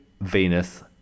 Venus